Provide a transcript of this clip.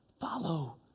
follow